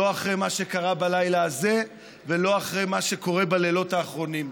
לא אחרי מה שקרה בלילה הזה ולא אחרי מה שקורה בלילות האחרונים.